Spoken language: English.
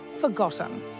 forgotten